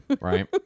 right